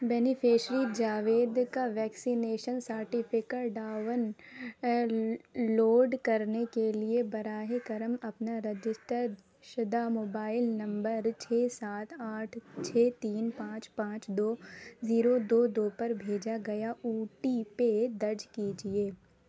beneficiary Javed کا vaccination certificate download کرنے کے لیے براہ کرم اپنا رجسٹر شدہ موبائل نمبر چھ سات آٹھ چھ تین پانچ پانچ دو زیرو دو دو پر بھیجا گیا او ٹی پے درج کیجیے